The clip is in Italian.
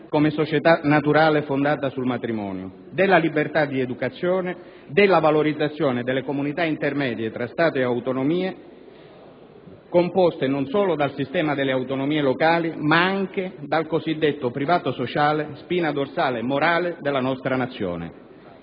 come società naturale fondata sul matrimonio, della libertà di educazione, della valorizzazione delle comunità intermedie tra Stato e cittadino, composte non solo dal sistema delle autonomie locali, ma anche dal cosiddetto privato sociale, spina dorsale e morale della nostra Nazione.